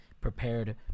Prepared